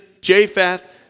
Japheth